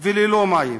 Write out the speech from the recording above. וללא מים.